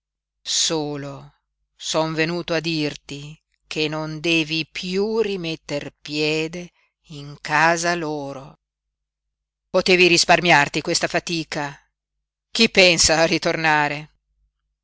solo son venuto a dirti che non devi piú rimetter piede in casa loro potevi risparmiarti questa fatica chi pensa a ritornare